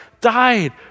died